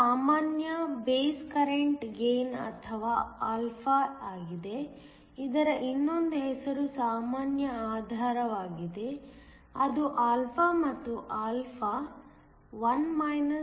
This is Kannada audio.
ಇದು ಸಾಮಾನ್ಯ ಬೇಸ್ ಕರೆಂಟ್ ಗೇನ್ ಅಥವಾ ಆಲ್ಫಾ ಆಗಿದೆ ಇದರ ಇನ್ನೊಂದು ಹೆಸರು ಸಾಮಾನ್ಯ ಆಧಾರವಾಗಿದೆ ಅದು ಆಲ್ಫಾ ಮತ್ತು ಆಲ್ಫಾ 1 Th